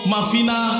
Mafina